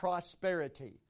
Prosperity